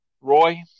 roy